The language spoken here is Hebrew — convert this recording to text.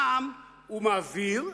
גם הוא מעביר,